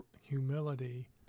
humility